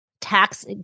tax